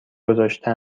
گذاشته